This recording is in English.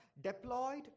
deployed